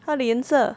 他的颜色